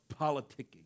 politicking